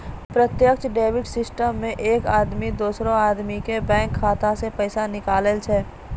प्रत्यक्ष debit system मे एक आदमी दोसरो आदमी के बैंक खाता से पैसा निकाले छै